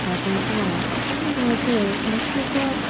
पाठयित्वाः किमभवत् संस्कृत